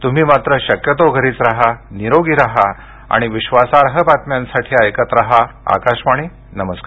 तुम्ही मात्र शक्यतो घरीच राहा निरोगी राहा आणि विश्वासार्ह बातम्यांसाठी ऐकत राहा आकाशवाणी नमस्कार